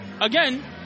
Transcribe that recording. again